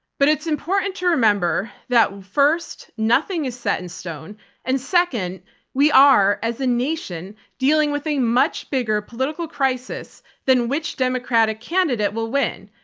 but it's important to remember that first, nothing is set in stone, and second we are as a nation dealing with a much bigger political crisis than which democratic candidate will win.